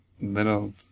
little